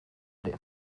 ere